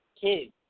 kids